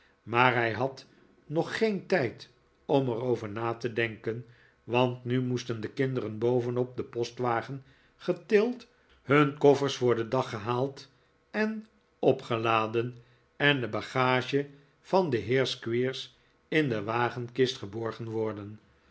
maar hij had nog geen tijd om er over na te denken want nu moesten de kinderen boven op den postwagen getild hun koffers voor den dag gehaald en opgeladen en de bagage van den heer squeers in de wagenkist geborgen worden